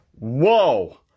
Whoa